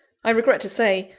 i regret to say,